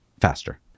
faster